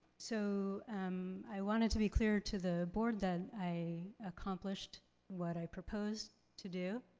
so um i wanted to be clear to the board that i accomplished what i proposed to do.